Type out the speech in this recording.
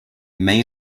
may